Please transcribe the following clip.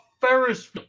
Ferris